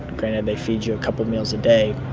granted, they feed you a couple meals a day.